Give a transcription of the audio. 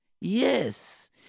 yes